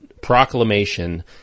proclamation